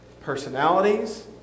personalities